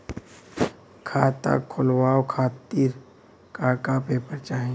खाता खोलवाव खातिर का का पेपर चाही?